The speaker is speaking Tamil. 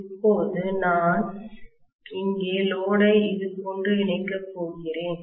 இப்போது நான் இங்கே லோடை இது போன்று இணைக்கப் போகிறேன்